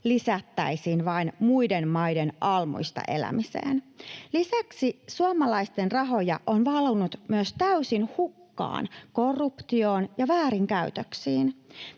riippuvuutta muiden maiden almuista vain lisättäisiin. Lisäksi suomalaisten rahoja on valunut myös täysin hukkaan, korruptioon ja väärinkäytöksiin.